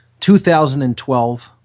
2012